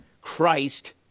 Christ